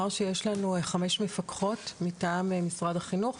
שיש לנו חמש מפקחות מטעם משרד החינוך,